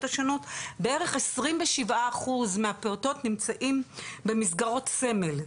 השונות: בערך 27 אחוז מהפעוטות נמצאים במסגרות סמל,